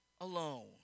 alone